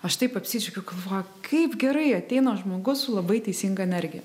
aš taip apsidžiaugiau galvoju kaip gerai ateina žmogus su labai teisinga energija